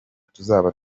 tuzaba